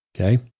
Okay